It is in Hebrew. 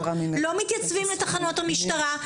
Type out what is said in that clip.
לא מתייצבים בתחנות המשטרה,